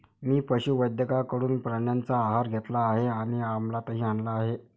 मी पशुवैद्यकाकडून प्राण्यांचा आहार घेतला आहे आणि अमलातही आणला आहे